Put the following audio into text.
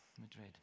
Madrid